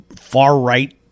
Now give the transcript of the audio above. far-right